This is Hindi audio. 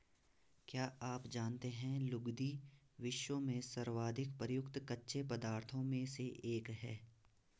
क्या आप जानते है लुगदी, विश्व में सर्वाधिक प्रयुक्त कच्चे पदार्थों में से एक है?